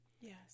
yes